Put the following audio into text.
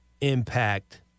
impact